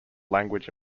language